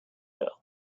earl